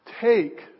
take